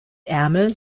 ärmel